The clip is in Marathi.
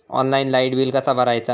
ऑनलाइन लाईट बिल कसा भरायचा?